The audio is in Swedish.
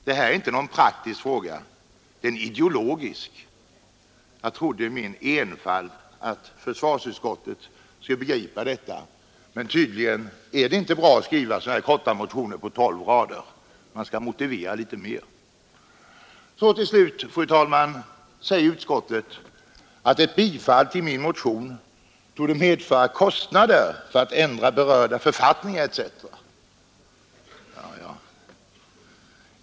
Det här är inte någon praktisk fråga; det är en ideologisk. Jag trodde i min enfald att försvarsutskottet skulle begripa det, men tydligen är det inte bra att skriva motioner på bara tolv rader. Man skall motivera litet utförligare. Till sist, fru talman, säger utskottet att ett bifall till min motion torde medföra kostnader för att ändra berörda författningar etc.